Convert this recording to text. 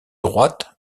droite